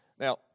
Now